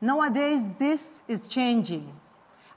nowadays, this is changing